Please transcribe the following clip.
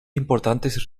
importantes